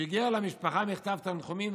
שיגר למשפחה מכתב תנחומים,